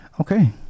okay